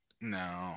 No